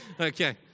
Okay